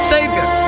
Savior